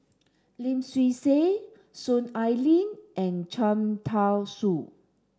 Lim Swee Say Soon Ai Ling and Cham Tao Soon